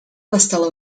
настало